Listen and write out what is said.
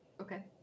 Okay